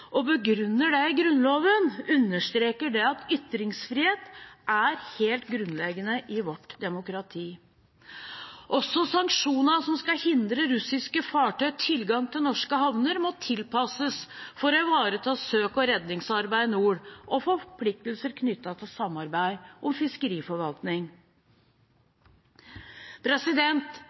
Grunnloven, understreker det at ytringsfrihet er helt grunnleggende i vårt demokrati. Også sanksjoner som skal hindre russiske fartøy tilgang til norske havner, må tilpasses for å ivareta søk og redningsarbeid i nord og forpliktelser knyttet til samarbeid om fiskeriforvaltning.